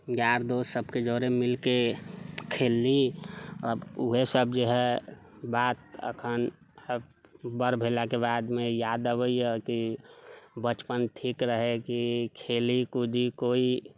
यार दोस्त सभके जरे मिलके खेललीह अब ऊहै सभ जेहै बात अखन आब बड़ भेलाके बादमे याद अबैया कि बचपन ठीक रहै कि खेली कूदि कोइ